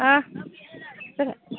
जाबाय